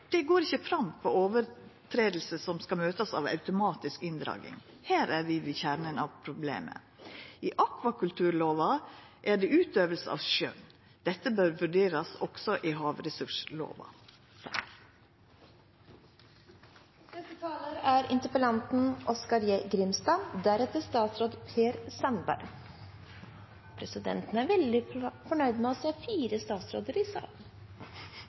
det går ikkje fram kva for brot som skal møtast av automatisk inndraging. Her er vi ved kjernen av problemet. I akvakulturlova er det utøving av skjønn. Dette bør vurderast òg i havressurslova. Det kan nok diskuterast om omgrepet «fiskaranes rettsstilling» eller «rettssikkerheit» er godt treffande i denne samanhengen. Men det er